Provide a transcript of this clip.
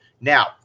now